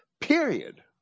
Period